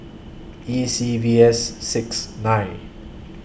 E C V S six nine